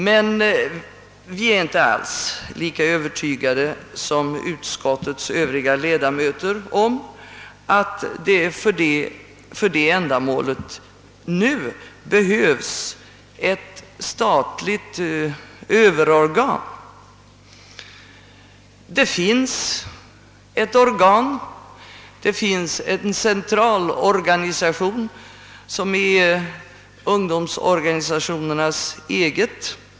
Men vi är inte alls lika övertygade som utskottets övriga ledamöter om att det för ändamålet behövs ett statligt överorgan; det finns en centralorganisation som är ungdomsorganisationernas egen.